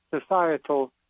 societal